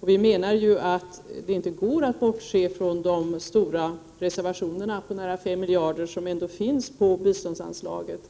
Vi menar att det inte går att bortse från de stora reservationer om 5 miljarder kronor som ändå finns på biståndsanslaget.